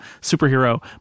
superhero